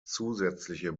zusätzliche